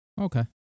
Okay